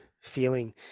feeling